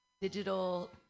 digital